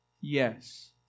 yes